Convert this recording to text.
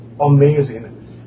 amazing